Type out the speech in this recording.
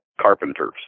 carpenters